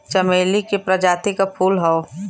चमेली के प्रजाति क फूल हौ